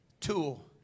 tool